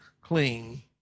clean